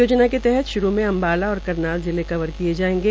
योजना के तहत श्रू में अम्बाला और करनाल जिले कवर किये जायेंगे